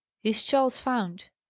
is charles found?